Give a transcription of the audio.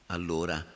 Allora